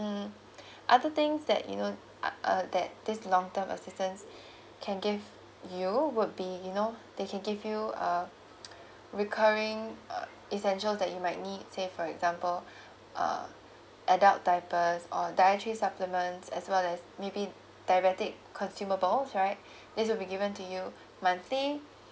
mm other things that you know uh uh that this long term assistance can give you would be you know they can give you uh recurring uh essential that you might need say for example uh adult diapers or dietary supplements as well as maybe diabetic consumables right this will be given to you monthly